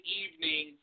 evening